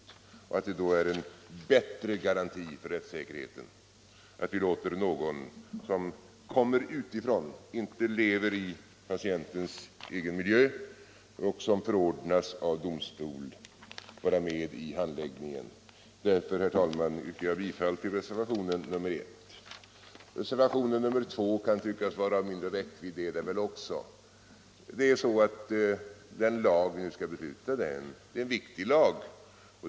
Jag tror att det är en bättre garanti för rättssäkerheten att låta någon som kommer utifrån — inte lever i patientens egen miljö — och som förordnas av domstol vara med i handläggningen. Därför, herr talman, yrkar jag bifall till reservationen 1. Reservationen 2 kan tyckas vara av mindre räckvidd. Det är den väl också. Den lag vi nu skall besluta om är en viktig lag.